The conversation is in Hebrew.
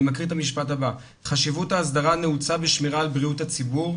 אני מקריא את המשפט הבא: חשיבות ההסדרה נעוצה בשמירה על בריאות הציבור,